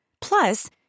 Plus